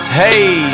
hey